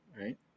Right